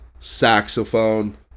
saxophone